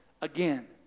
again